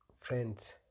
friends